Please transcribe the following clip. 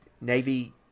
Navy